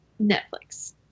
Netflix